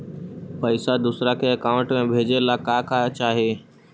पैसा दूसरा के अकाउंट में भेजे ला का का चाही?